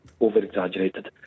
over-exaggerated